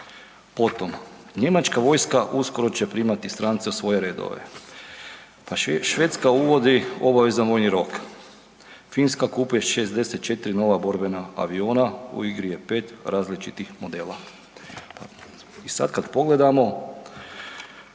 Potom, „Njemačka vojska će uskoro primati strance u svoje redove“. Pa „Švedska uvodi obavezan vojni rok, Finska kupuje 64 nova borbena aviona u igri je pet različitih modela“. I sad kad pogledamo